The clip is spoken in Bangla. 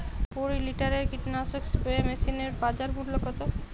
কুরি লিটারের কীটনাশক স্প্রে মেশিনের বাজার মূল্য কতো?